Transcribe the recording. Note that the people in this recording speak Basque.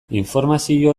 informazio